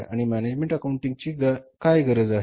आणि management accounting ची काय गरज आहे